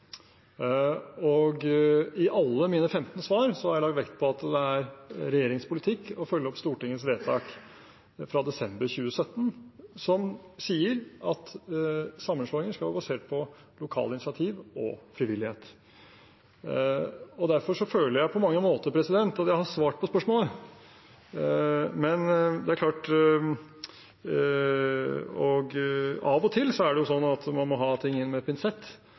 og i alle mine femten svar har jeg lagt vekt på at det er regjeringens politikk å følge opp Stortingets vedtak fra desember 2017, som sier at sammenslåinger skal være basert på lokale initiativ og frivillighet. Derfor føler jeg på mange måter at jeg har svart på spørsmålet. Det er klart at av og til er det sånn at man må ha ting inn med pinsett,